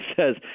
says